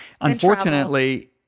unfortunately